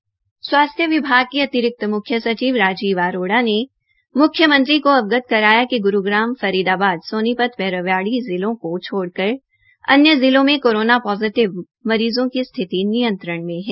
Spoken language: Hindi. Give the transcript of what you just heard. जनस्वास्थ्य विभाग के अतिरिक्त म्ख्यसचिव राजीव आरोड़ा ने म्ख्यमंत्री को अवगत कराया गया कि ग्रूग्राम फरीदाबाद सोनीपत व रेवाड़ी जिलों के छोड़कर अन्य जिलों में कोरोना पोजिटिव मरीजों की स्थिति नियंत्रण में है